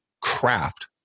craft